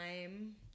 time